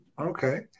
Okay